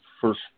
first